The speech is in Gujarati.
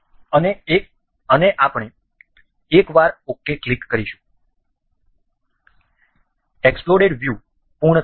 અને આપણે એકવાર ok ક્લિક કરીશું એક્સપ્લોડેડ વ્યૂ પૂર્ણ થાય છે